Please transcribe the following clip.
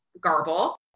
garble